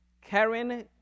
Karen